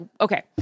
okay